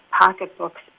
pocketbooks